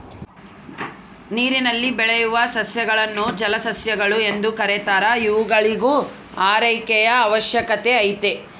ನೀರಿನಲ್ಲಿ ಬೆಳೆಯುವ ಸಸ್ಯಗಳನ್ನು ಜಲಸಸ್ಯಗಳು ಎಂದು ಕೆರೀತಾರ ಇವುಗಳಿಗೂ ಆರೈಕೆಯ ಅವಶ್ಯಕತೆ ಐತೆ